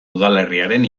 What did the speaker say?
udalerriaren